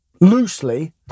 loosely